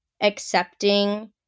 accepting